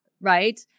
Right